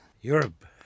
Europe